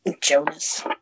Jonas